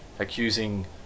accusing